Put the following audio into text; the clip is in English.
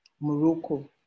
Morocco